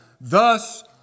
Thus